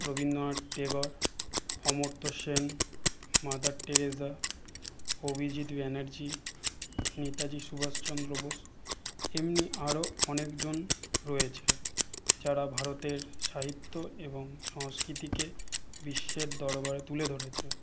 Rabindranath Tagore Amartya Sen Mother Teresa Abhijit Banerjee Netaji Subhash Chandra Bose এমনি আরও অনেকজন রয়েছে যারা ভারতের সাহিত্য এবং সংস্কৃতিকে বিশ্বের দরবারে তুলে ধরেছে